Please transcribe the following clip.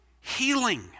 healing